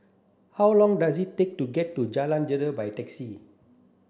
how long does it take to get to Jalan Gelegar by taxi